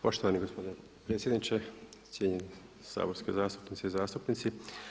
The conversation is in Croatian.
Poštovani gospodine predsjedniče, cijenjeni saborske zastupnice i zastupnici.